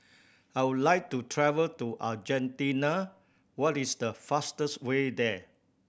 I would like to travel to Argentina what is the fastest way there